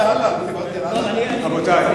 רבותי,